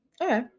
Okay